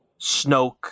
Snoke